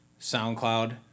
SoundCloud